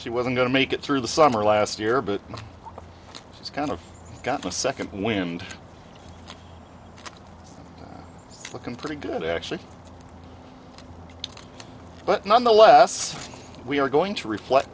she was going to make it through the summer last year but it's kind of got a second wind looking pretty good actually but nonetheless we are going to re